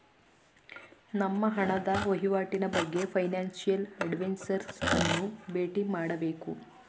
ನಮ್ಮ ಹಣದ ವಹಿವಾಟಿನ ಬಗ್ಗೆ ಫೈನಾನ್ಸಿಯಲ್ ಅಡ್ವೈಸರ್ಸ್ ಅನ್ನು ಬೇಟಿ ಮಾಡಬೇಕು